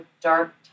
dark